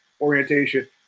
orientation